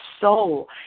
soul